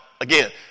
again